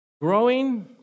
Growing